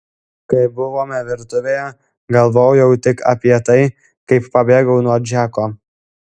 kai buvome virtuvėje galvojau tik apie tai kaip pabėgau nuo džeko